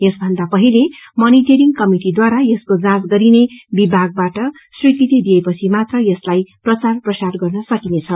यसभन्दा पनि पहिले मनिटोरिंग कमिटिद्वारा यसको जाँच गरिने विभागबाट स्वीकृती दिइएपश्छिमात्र यसलाई प्रचार प्रसार गर्न सकिनछ